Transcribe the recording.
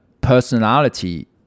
personality